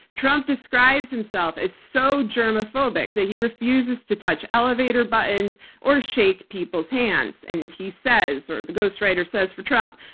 trump describes himself as so germophobic that he refuses to touch elevator buttons or shake people's hands. and he says, or the ghost writer says for trump,